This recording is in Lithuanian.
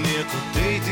niekur eiti